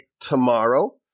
tomorrow